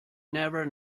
never